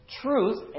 Truth